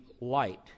Light